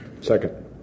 Second